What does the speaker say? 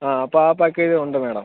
ആ അപ്പോൾ ആ പാക്കേജും ഉണ്ട് മാഡം